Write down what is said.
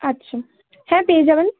আচ্ছা হ্যাঁ পেয়ে যাবেন